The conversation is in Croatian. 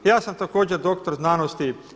Ja sam također doktor znanosti.